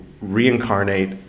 reincarnate